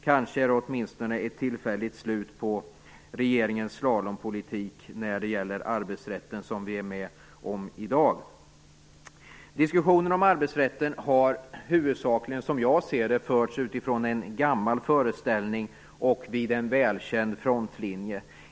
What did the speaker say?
Kanske är det åtminstone ett tillfälligt slut på regeringens slalompolitik när det gäller arbetsrätten som vi är med om i dag. Diskussionen om arbetsrätten har huvudsakligen som jag ser det förts utifrån en gammal föreställning och vid en välkänd frontlinje.